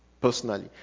personally